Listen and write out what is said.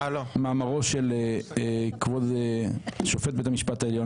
ממאמרו של כבוד שופט בית המשפט העליון